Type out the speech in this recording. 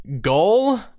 goal